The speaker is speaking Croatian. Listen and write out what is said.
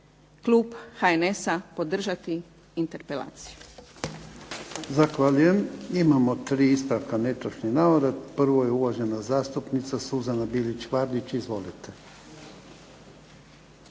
klub HNS-a podržati interpelaciju.